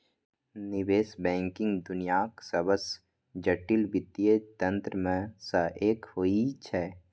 निवेश बैंकिंग दुनियाक सबसं जटिल वित्तीय तंत्र मे सं एक होइ छै